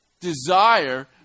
desire